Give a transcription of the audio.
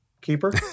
keeper